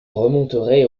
remonterait